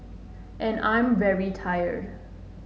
and I am very tired